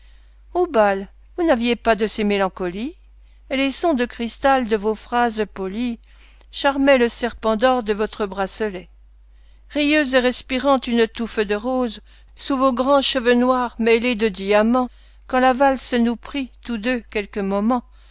au bal vous n'aviez pas de ces mélancolies et les sons de cristal de vos phrases polies charmaient le serpent d'or de votre bracelet rieuse et respirant une touffe de roses sous vos grands cheveux noirs mêlés de diamants quand la valse nous prit tous deux quelques moments